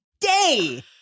day